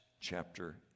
chapter